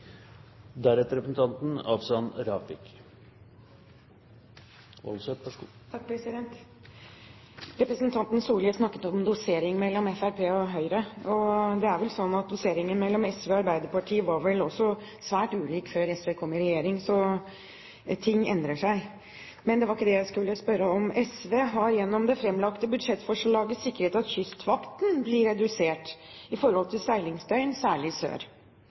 vel slik at doseringen mellom SV og Arbeiderpartiet også var svært ulik før SV kom i regjering. Så ting endrer seg. Men det var ikke det jeg skulle spørre om. SV har gjennom det fremlagte budsjettforslaget sikret at Kystvakten blir redusert i forhold til seilingsdøgn, særlig i sør.